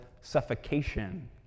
suffocation